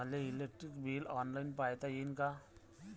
मले electric bill online पायता येईन का?